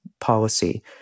policy